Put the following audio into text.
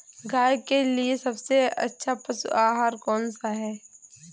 गाय के लिए सबसे अच्छा पशु आहार कौन सा है?